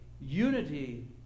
unity